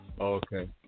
Okay